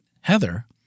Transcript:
Heather